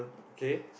okay